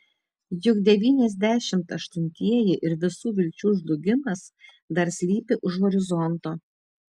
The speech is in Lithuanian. juk devyniasdešimt aštuntieji ir visų vilčių žlugimas dar slypi už horizonto